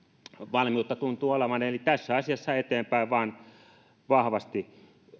valmiutta tuntuu olevan eli tässä asiassa eteenpäin vain vahvasti